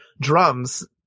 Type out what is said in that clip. drums